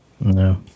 No